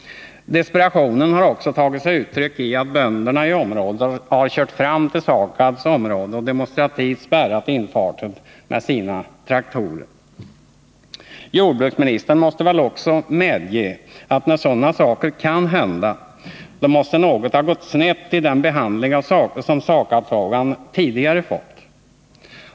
Desperationen har också tagit sig uttryck i att bönderna i området kört fram till SAKAB:s område och demonstrativt spärrat infarten med sina traktorer. Jordbruksministern måste väl ändå medge att när sådana saker kan hända måste något ha gått snett i den behandling SAKAB-frågan tidigare fått.